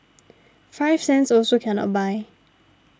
five cents also cannot buy